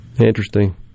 Interesting